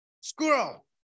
squirrel